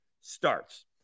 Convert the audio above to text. starts